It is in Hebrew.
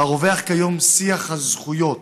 שבה רווח כיום שיח הזכויות,